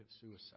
suicide